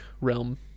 realm